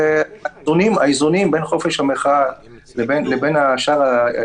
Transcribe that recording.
מהמשרד לביטחון פנים וממשטרת ישראל.